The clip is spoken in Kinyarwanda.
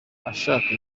ashaka